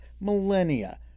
millennia